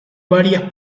varias